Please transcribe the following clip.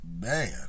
man